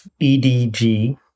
EDG